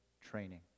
training